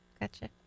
gotcha